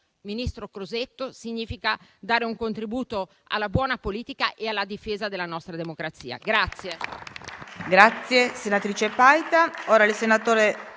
ministro Crosetto, significa dare un contributo alla buona politica e alla difesa della nostra democrazia.